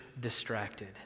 distracted